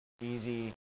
Easy